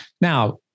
Now